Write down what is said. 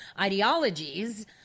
ideologies